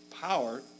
power